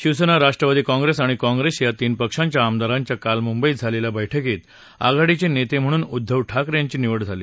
शिवसेना राष्ट्रवादी काँप्रेस आणि काँप्रेस या तीन पक्षांच्या आमदारांच्या काल मुंबईत झालेल्या बैठकीत आघाडीचे नेते म्हणून उद्दव ठाकरे यांची निवड झाली